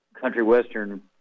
country-western